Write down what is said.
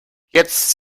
jetzt